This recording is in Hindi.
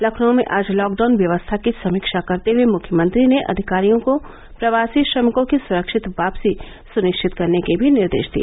लखनऊ में आज लॉकडाउन व्यवस्था की समीक्षा करते हए मुख्यमंत्री ने अधिकारियों को प्रवासी श्रमिकों की सुरक्षित वापसी सुनिश्चित करने के भी निर्देश दिए